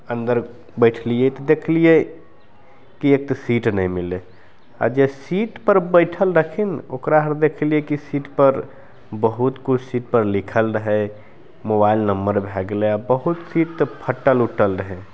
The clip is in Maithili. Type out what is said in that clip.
अन्दर बैठलिए तऽ देखलिए कि एक तऽ सीट नहि मिललै आओर जे सीटपर बैठल रहथिन ओकरा हम देखलिए कि सीटपर बहुत किछु सीटपर लिखल रहै मोबाइल नम्बर भै गेलै बहुत सीट तऽ फटल उटल रहै